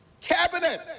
cabinet